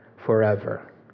forever